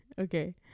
Okay